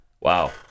Wow